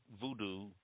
Voodoo